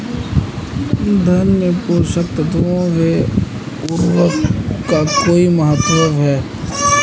धान में पोषक तत्वों व उर्वरक का कोई महत्व है?